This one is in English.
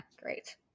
Great